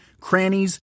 crannies